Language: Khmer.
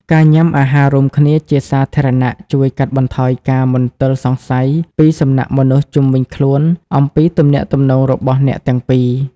ការញ៉ាំអាហាររួមគ្នាជាសាធារណៈ ជួយកាត់បន្ថយការមន្ទិលសង្ស័យពីសំណាក់មនុស្សជុំវិញខ្លួនអំពីទំនាក់ទំនងរបស់អ្នកទាំងពីរ។